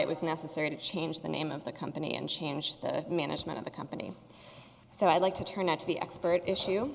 it was necessary to change the name of the company and change the management of the company so i'd like to turn now to the expert issue